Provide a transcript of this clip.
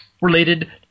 related